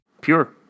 pure